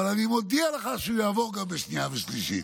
אבל אני מודיע לך שהוא יעבור גם בשנייה ושלישית.